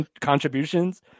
contributions